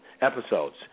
episodes